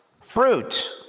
fruit